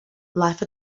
life